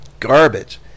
garbage